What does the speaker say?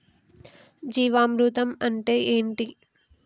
జీవామృతం అంటే ఏంటి?